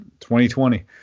2020